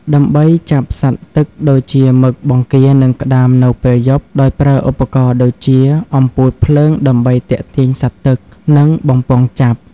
ដើម្បីចាប់សត្វទឹកដូចជា មឹក បង្គារ និងក្តាមនៅពេលយប់ ដោយប្រើឧបករណ៍ដូចជា អំពូលភ្លើងដើម្បីទាក់ទាញសត្វទឹក និងបំពង់ចាប់។